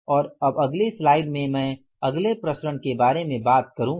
और अब अगली स्लाइड में मैं अगले प्रसरण के बारे में बात करूंगा